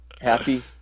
Happy